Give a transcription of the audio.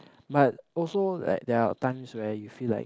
but also like there are times where you feel like